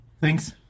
Thanks